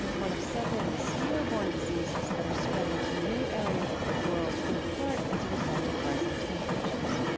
one of several mosquito-borne diseases that are spreading to new areas of the world, in part as a result of rising temperatures